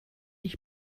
ich